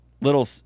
little